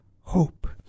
hope